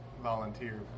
Volunteer